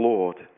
Lord